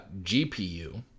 GPU